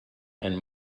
and